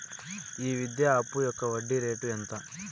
ఈ విద్యా అప్పు యొక్క వడ్డీ రేటు ఎంత?